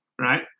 right